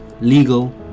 legal